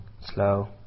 slow